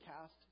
cast